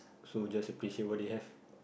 so just appreciate what do you have